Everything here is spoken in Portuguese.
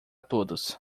todos